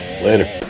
later